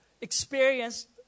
experienced